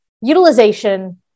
utilization